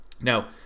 Now